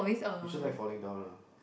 you just like falling down ah